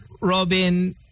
Robin